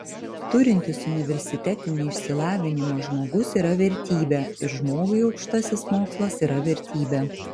turintis universitetinį išsilavinimą žmogus yra vertybė ir žmogui aukštasis mokslas yra vertybė